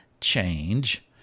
change